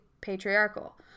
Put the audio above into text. patriarchal